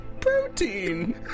protein